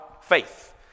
faith